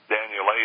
Daniel